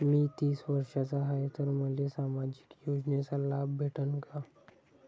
मी तीस वर्षाचा हाय तर मले सामाजिक योजनेचा लाभ भेटन का?